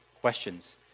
questions